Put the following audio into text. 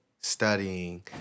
studying